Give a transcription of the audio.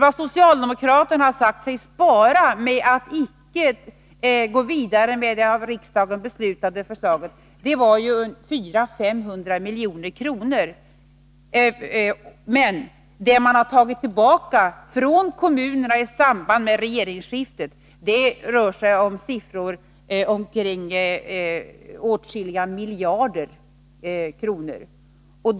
Vad socialdemokraterna sagt sig spara med att icke gå vidare med det av riksdagen beslutade förslaget var 400-500 milj.kr., men de belopp som man har tagit tillbaka från kommunerna i samband med regeringsskiftet uppgår till åtskilliga miljarder kronor.